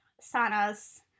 Sana's